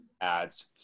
ads